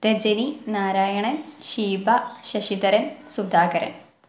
Rajani Narayanan Sheeba Sasidharan Sudhakaran